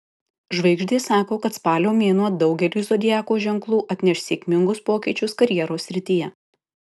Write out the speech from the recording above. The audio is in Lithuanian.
žvaigždės sako kad spalio mėnuo daugeliui zodiako ženklų atneš sėkmingus pokyčius karjeros srityje